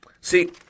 See